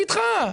אני איתך.